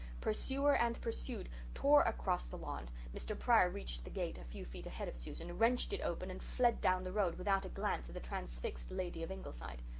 pursuer and pursued tore across the lawn. mr. pryor reached the gate a few feet ahead of susan, wrenched it open, and fled down the road, without a glance at the transfixed lady of ingleside.